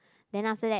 then after that